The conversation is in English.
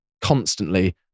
constantly